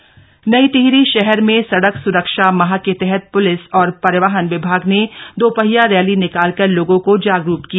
सड़क सुरक्षा सप्ताह नई टिहरी शहर में सड़क सुरक्षा माह के तहत पूलिस और परिवहन विभाग ने दोपहिया रैली निकालकर लोगों को जागरूक किया